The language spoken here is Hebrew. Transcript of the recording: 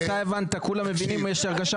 כולם הבינו.